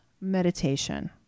meditation